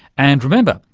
and remember,